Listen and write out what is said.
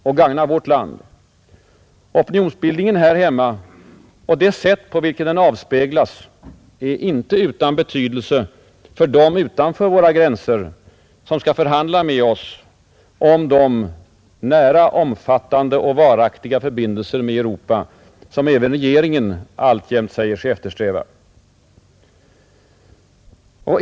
Och vårt land, Opinionsbildningen här hemma och det sätt på vilket den avspeglas är icke utan betydelse för dem utanför våra gränser, som skall förhandla med oss om ”de nära, omfattande och varaktiga förbindelser” med Europa, som även regeringen alltjämt säger sig eftersträva.